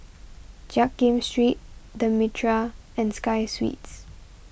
Jiak Kim Street the Mitraa and Sky Suites